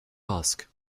ask